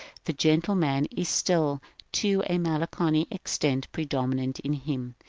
the gentle man is still to a melancholy extent predominant in him,